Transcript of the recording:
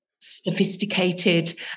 sophisticated